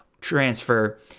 transfer